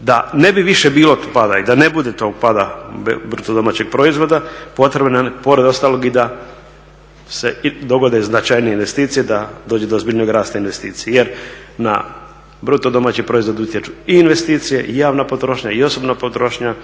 da ne bi više bilo pada i da ne bude tog pada BDP-a potrebno je pored ostalog i da se dogode značajnije investicije, da dođe do ozbiljnijeg rasta investicije jer na BDP utječu i investicije i javna potrošnja i osobna potrošnja